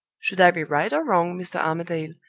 should i be right or wrong, mr. armadale,